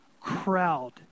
crowd